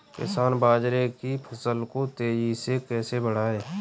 किसान बाजरे की फसल को तेजी से कैसे बढ़ाएँ?